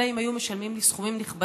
אלא אם כן היו משלמים לי סכומים נכבדים,